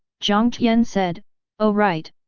jiang tian said oh right,